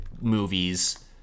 movies